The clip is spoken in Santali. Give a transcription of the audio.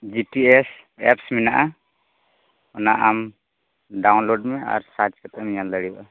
ᱡᱤ ᱯᱤ ᱮᱥ ᱮᱯᱥ ᱢᱮᱱᱟᱜᱼᱟ ᱚᱱᱟ ᱟᱢ ᱰᱟᱣᱩᱱᱞᱳᱰ ᱢᱮ ᱟᱨ ᱥᱟᱨᱪ ᱠᱟᱛᱮᱢ ᱧᱮᱞ ᱫᱟᱲᱮᱭᱟᱜᱼᱟ